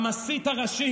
המסית הראשי,